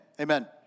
Amen